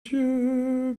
dieu